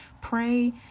pray